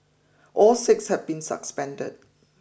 all six have been suspended